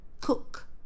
cook